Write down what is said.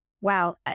Wow